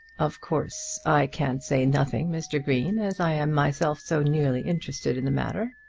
of course, i can say nothing, mr. green, as i am myself so nearly interested in the matter.